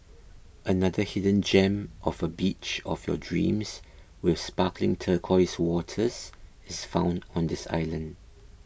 another hidden gem of a beach of your dreams with sparkling turquoise waters is found on this island